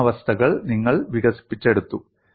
ഈ അവസ്ഥകൾ നിങ്ങൾ വികസിപ്പിച്ചെടുത്തു